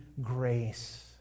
grace